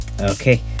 Okay